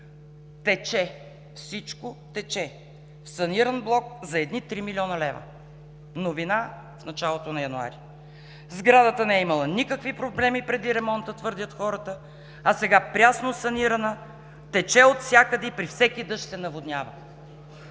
тече, всичко тече – саниран блок за едни три милиона лева. Новина в началото на месец януари. Сградата не е имала никакви проблеми преди ремонта, твърдят хората, а сега прясно санирана, тече отвсякъде и при всеки дъжд се наводнява.